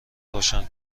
روشن